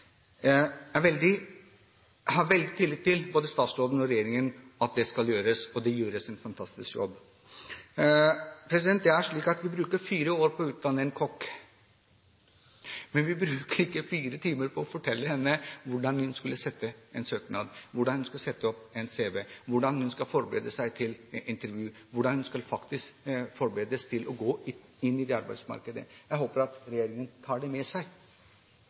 at det skal gjøres – og det gjøres – en fantastisk jobb. Vi bruker fire år på å utdanne en kokk. Men vi bruker ikke fire timer på å fortelle henne hvordan hun skal sette opp en søknad, hvordan hun skal sette opp en cv, hvordan hun skal forberede seg på intervjuer, og hvordan hun faktisk skal forberedes på å gå inn i arbeidsmarkedet. Jeg håper at regjeringen tar det med seg.